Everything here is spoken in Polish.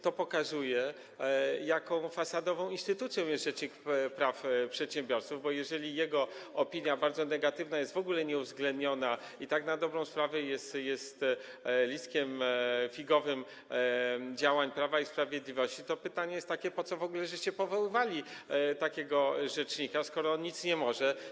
To pokazuje, jaką fasadową instytucją jest rzecznik praw przedsiębiorców, bo jeżeli jego bardzo negatywna opinia jest w ogóle nieuwzględniona i tak na dobrą sprawę jest listkiem figowym działań Prawa i Sprawiedliwości, to pytanie jest takie: Po co w ogóle powoływaliście takiego rzecznika, skoro on nic nie może?